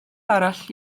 arall